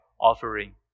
offering